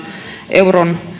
euron